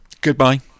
Goodbye